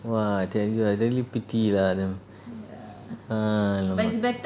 !wah! I tell you I really pity lah them !alamak!